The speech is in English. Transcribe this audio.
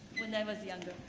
when i was younger.